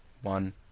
One